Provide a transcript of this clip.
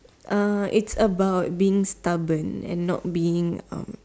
uh it's about being stubborn and not being um